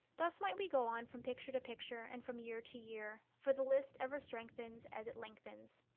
thus might we go on from picture to picture, and from year to year, for the list ever strengthens as it lengthens.